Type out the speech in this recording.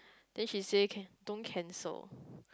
then she say can don't cancel